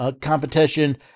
competition